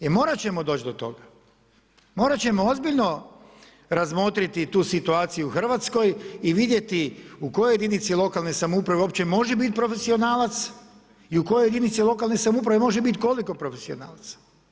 I morat ćemo doći do toga, morat ćemo ozbiljno razmotriti i tu situaciju u Hrvatskoj i vidjeti u kojoj jedinici lokalne samouprave uopće može biti profesionalac i u kojoj jedinici lokalne samouprave može biti i koliko profesionalac?